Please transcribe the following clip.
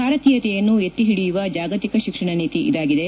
ಭಾರತೀಯತೆಯನ್ನು ಎತ್ತಿ ಹಿಡಿಯುವ ಜಾಗತಿಕ ಶಿಕ್ಷಣ ನೀತಿ ಇದಾಗಿದೆ